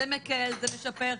זה מקל, זה משפר.